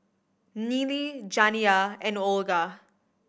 Nealy Janiyah and Olga